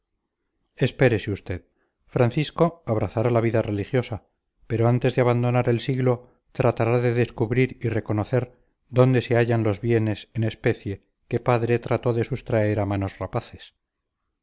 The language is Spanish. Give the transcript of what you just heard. espérese usted francisco abrazará la vida religiosa pero antes de abandonar el siglo tratará de descubrir y reconocer dónde se hallan los bienes en especie que padre trató de sustraer a manos rapaces